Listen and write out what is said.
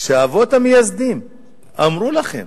שהאבות המייסדים אמרו לכם,